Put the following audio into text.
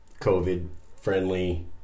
COVID-friendly